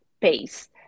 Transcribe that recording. pace